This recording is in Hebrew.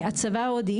הצבא הודי